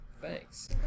Thanks